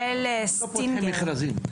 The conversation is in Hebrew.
לא בדק את רשימת האתרים המומלצים לפני שנחתם ההסכם עם